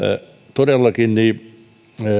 todellakin